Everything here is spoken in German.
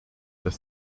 das